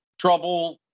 trouble